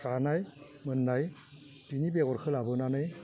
रानाय मोननाय बेनि बेगरखौ लाबोनानै